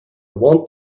want